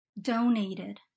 donated